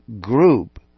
group